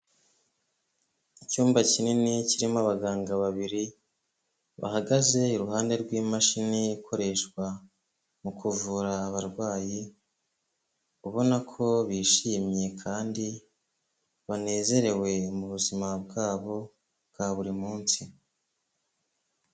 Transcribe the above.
Icyumba kinini kirimo abaganga babiri, bahagaze iruhande rw'imashini ikoreshwa mu kuvura abarwayi, ubona ko bishimye kandi banezerewe mu buzima bwabo bwa buri munsi.